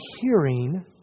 hearing